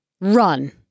Run